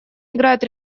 играет